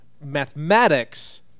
mathematics